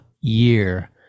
year